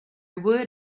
would